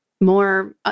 more